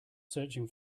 searching